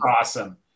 awesome